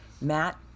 Matt